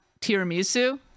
tiramisu